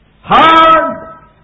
hard